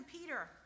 Peter